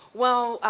well,